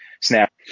Snap